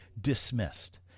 dismissed